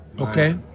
okay